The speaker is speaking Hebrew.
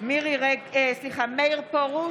מאיר פרוש,